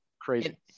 crazy